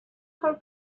her